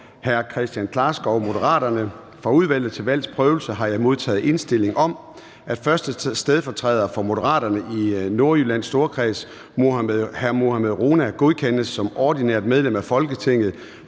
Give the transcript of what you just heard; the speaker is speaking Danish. Forhandling Formanden (Søren Gade): Fra Udvalget til Valgs Prøvelse har jeg modtaget indstilling om, at 1. stedfortræder for Moderaterne i Nordjyllands Storkreds, Mohammad Rona, godkendes som ordinært medlem af Folketinget